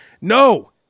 No